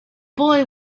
boy